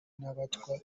n’abatwa